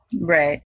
Right